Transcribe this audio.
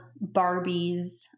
Barbie's